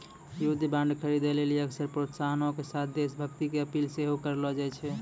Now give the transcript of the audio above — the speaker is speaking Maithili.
युद्ध बांड खरीदे लेली अक्सर प्रोत्साहनो के साथे देश भक्ति के अपील सेहो करलो जाय छै